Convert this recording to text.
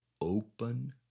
open